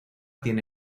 tiene